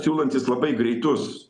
siūlantis labai greitus